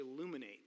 illuminate